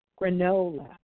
Granola